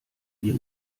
ihr